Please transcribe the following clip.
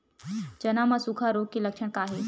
चना म सुखा रोग के लक्षण का हे?